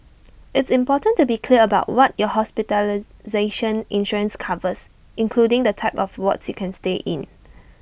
it's important to be clear about what your hospitalization insurance covers including the type of wards you can stay in